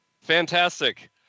Fantastic